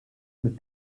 mit